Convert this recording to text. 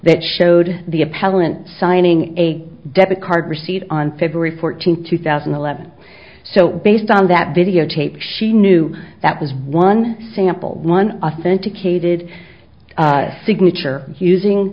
that showed the appellant signing a debit card receipt on february fourteenth two thousand and eleven so based on that videotape she knew that was one sample one authenticated signature using